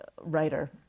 writer